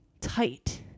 tight